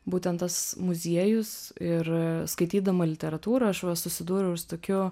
būtent tas muziejus ir skaitydama literatūrą aš va susidūriau su tokiu